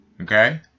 Okay